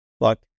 Look